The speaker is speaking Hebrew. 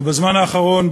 ובזמן האחרון,